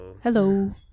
Hello